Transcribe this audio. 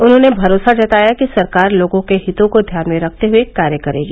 उन्होंने भरोसा जताया कि सरकार लोगों के हितों को ध्यान में रखते हुए कार्य करेगी